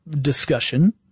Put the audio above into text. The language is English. discussion